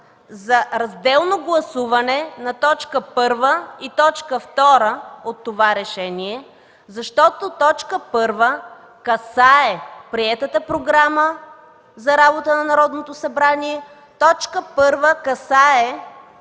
за разделно гласуване на т. 1 и т. 2 от това решение, защото т. 1 касае приетата Програма за работа на Народното събрание, т. 1 касае